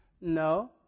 No